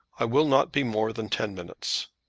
i will not be more than ten minutes.